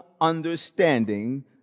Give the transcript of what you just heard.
understanding